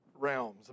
realms